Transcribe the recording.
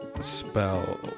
Spell